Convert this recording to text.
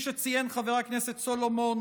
כפי שציין חבר הכנסת סולומון,